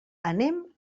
anem